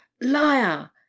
liar